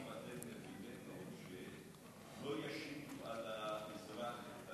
האם אתם וידאתם שלא ישיתו על האזרח את